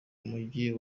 mugi